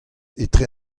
etre